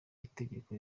itegeko